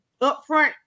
upfront